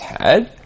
head